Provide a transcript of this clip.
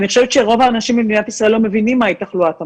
אני חושבת שרוב האנשים במדינת ישראל לא מבינים מהי תחלואת המוח,